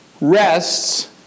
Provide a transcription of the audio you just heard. rests